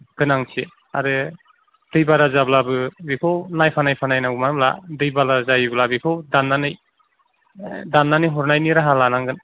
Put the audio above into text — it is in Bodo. गोनांथि आरो दै बारा जाब्लाबो बेखौ नायफा नायफा नायनांगौ मानो होनब्ला दै बाना जायोबा बेखौ दान्नानै ओ दान्नानै हरनायनि राहा लानांगोन